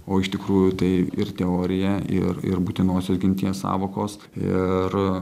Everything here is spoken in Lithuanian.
o iš tikrųjų tai ir teorija ir ir būtinosios ginties sąvokos ir